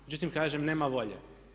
Međutim kažem nema volje.